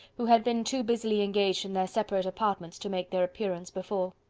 who had been too busily engaged in their separate apartments to make their appearance before.